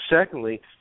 secondly